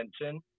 attention